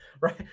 Right